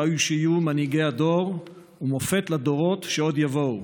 ראוי שיהיו מנהיגי הדור ומופת לדורות שעוד יבואו.